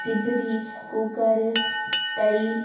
सुपिरी cooker अथई